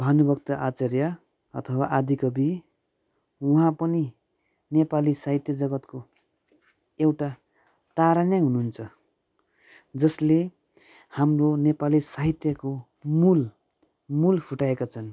भानुभक्त आचार्य अथवा आदिकवि उहाँ पनि नेपाली साहित्य जगत्को एउटा तारा नै हुनुहुन्छ जसले हाम्रो नेपाली साहित्यको मूल मूल फुटाएका छन्